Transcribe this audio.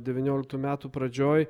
devynioliktų metų pradžioj